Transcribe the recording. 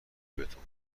بهتون